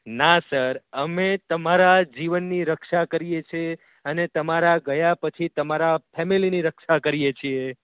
ના સર અમે તમારા જીવનની રક્ષા કરીએ છીએ અને તમારા ગયા પછી તમારા ફેમિલીની રક્ષા કરીએ છીએ